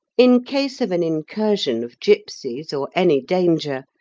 in case of an incursion of gipsies, or any danger,